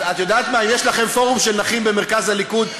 יש לכם פורום של נכים במרכז הליכוד?